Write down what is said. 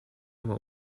what